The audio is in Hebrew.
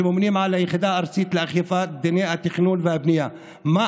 שממונים על היחידה הארצית לאכיפת דיני התכנון והבנייה: מה